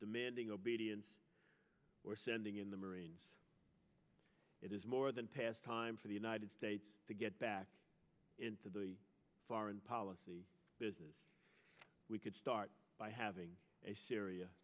demanding obedience or sending in the marines it is more than past time for the united states to get back into the foreign policy business we could start by having a syria